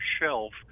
shelf